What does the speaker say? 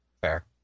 Fair